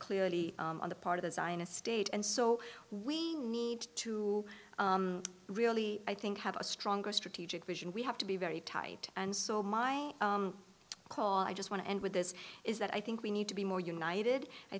clearly on the part of the zionist state and so we need to really i think have a stronger strategic vision we have to be very tight and so my call i just want to end with this is that i think we need to be more united i